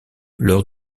lors